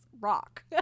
rock